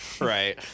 Right